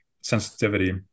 sensitivity